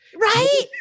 Right